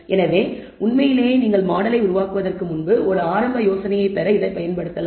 எனவே உண்மையிலேயே நீங்கள் மாடலை உருவாக்குவதற்கு முன்பு ஒரு ஆரம்ப யோசனையைப் பெற இதைப் பயன்படுத்தலாம்